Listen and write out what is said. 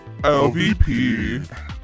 LVP